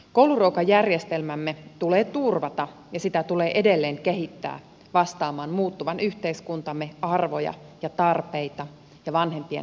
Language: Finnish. kouluruokajärjestelmämme tulee turvata ja sitä tulee edelleen kehittää vastaamaan muuttuvan yhteiskuntamme arvoja ja tarpeita ja vanhempien odotuksia